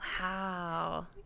wow